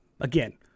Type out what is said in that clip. again